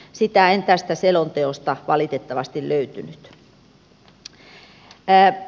sitä en tästä selonteosta valitettavasti löytänyt